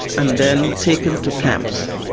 and then taken to camps.